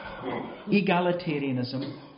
Egalitarianism